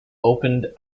opened